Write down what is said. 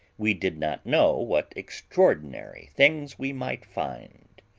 we did not know what extraordinary things we might find.